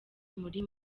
muri